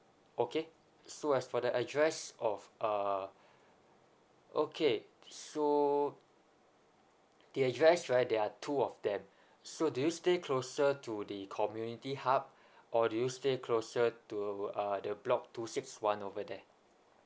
okay so as for the address of uh okay so the address right there are two of them so do you stay closer to the community hub or do you stay closer to uh the block two six one over there